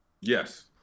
Yes